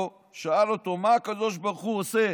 שאל אותו: מה הקדוש ברוך הוא עושה?